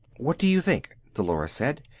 what do you think? dolores said.